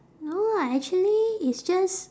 no lah actually it's just